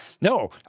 No